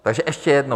Takže ještě jednou.